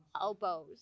elbows